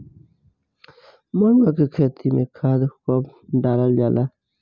मरुआ के खेती में खाद कब डालल जाला?